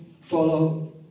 follow